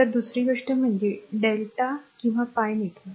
तर दुसरी गोष्ट म्हणजे Δ किंवा pi नेटवर्क